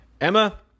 Emma